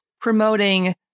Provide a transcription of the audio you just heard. promoting